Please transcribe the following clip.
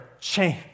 change